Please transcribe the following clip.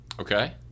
Okay